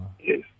yes